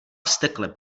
vztekle